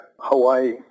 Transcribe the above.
Hawaii